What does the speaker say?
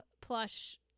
plush